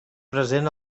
present